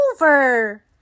over